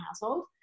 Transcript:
household